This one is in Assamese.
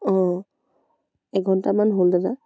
অঁ এঘণ্টামান হ'ল দাদা